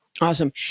awesome